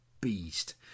beast